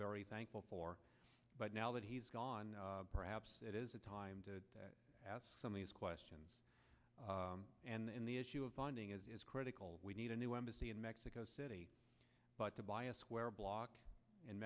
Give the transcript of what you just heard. very thankful for but now that he's gone perhaps it is a time to ask some of these questions and the issue of funding is critical we need a new embassy in mexico city but to buy a square block in